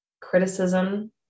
criticism